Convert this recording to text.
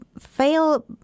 fail